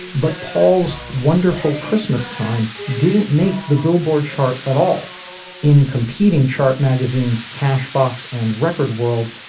but paul's wonderful christmas time didn't make the billboard chart at all in competing chart magazine's cashbox and record world,